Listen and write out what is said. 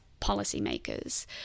policymakers